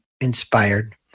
inspired